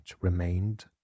remained